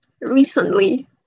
recently